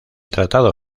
tratado